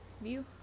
view